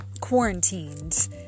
quarantined